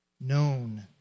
known